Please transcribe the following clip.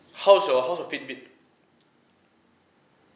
how is your how's your fitbit